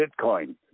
Bitcoin